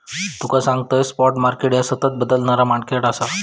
तुका सांगतंय, spot market ह्या सतत बदलणारा मार्केट आसा